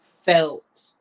felt